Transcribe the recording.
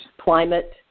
climate